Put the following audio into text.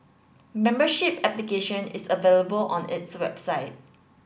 membership application is available on its website